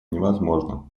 невозможно